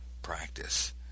practice